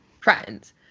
Friends